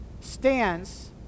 stands